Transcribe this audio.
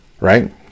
Right